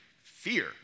fear